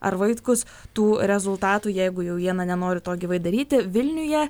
ar vaitkus tų rezultatų jeigu jau jie na nenori to gyvai daryti vilniuje